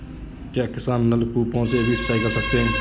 क्या किसान नल कूपों से भी सिंचाई कर सकते हैं?